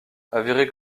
avérée